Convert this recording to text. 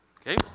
Okay